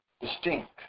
distinct